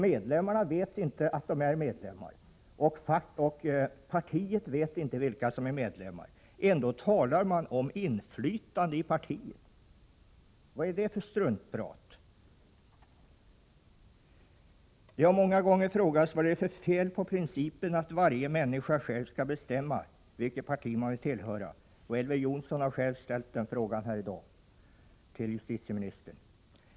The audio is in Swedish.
Medlemmarna vet alltså inte att de är medlemmar, och partiet vet inte vilka som är medlemmar. Ändå talar man om inflytande i partiet. Vad är det för struntprat? Vad är det för fel på principen att varje människa själv skall bestämma vilket parti hon vill tillhöra? Den frågan har ställts många gånger. Elver Jonsson ställde den här i dag till justitieministern.